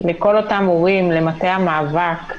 לכל אותם הורים למטה המאבק.